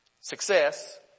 Success